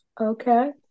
Okay